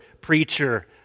preacher